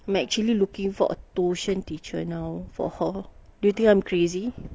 I'm actually looking for a tuition teacher now for her do you think I'm crazy